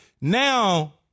Now